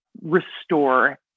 restore